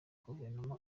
guverinoma